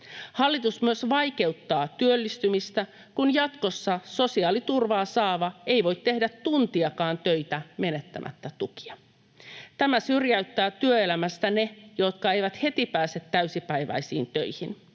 Hallitus myös vaikeuttaa työllistymistä, kun jatkossa sosiaaliturvaa saava ei voi tehdä tuntiakaan töitä menettämättä tukia. Tämä syrjäyttää työelämästä ne, jotka eivät heti pääse täysipäiväisiin töihin.